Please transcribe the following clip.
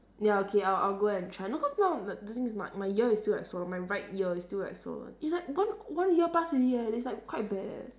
ya okay I'll I'll go and try no cause now the the thing is my my ear is still like swollen my right ear is still like swollen it's like one one year pass already leh it's like quite bad leh